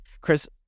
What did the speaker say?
Chris